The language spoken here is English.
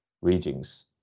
regions